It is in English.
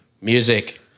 music